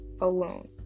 alone